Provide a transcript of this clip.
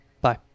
Bye